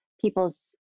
people's